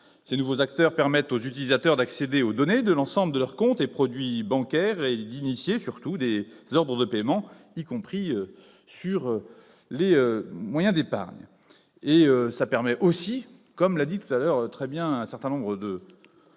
Ces nouveaux acteurs permettent aux utilisateurs d'accéder aux données de l'ensemble de leurs comptes et produits bancaires et, surtout, d'initier des ordres de paiement, y compris sur les moyens d'épargne. Cela permet aussi aux, comme l'ont dit très bien précédemment un certain nombre de